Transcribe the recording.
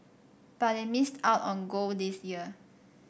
but it missed out on gold this year